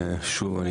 שוב,